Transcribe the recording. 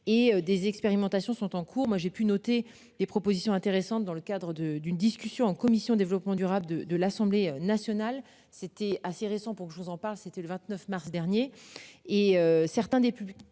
et des expérimentations sont en cours. Moi j'ai pu noter des propositions intéressantes dans le cadre de d'une discussion en commission développement durable de l'Assemblée nationale, c'était assez récent pour que je vous en parle. C'était le 29 mars dernier.